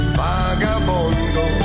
vagabondo